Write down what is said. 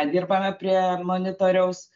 dirbame prie monitoriaus